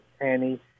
Annie